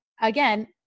again